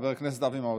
חבר הכנסת אבי מעוז.